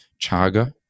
chaga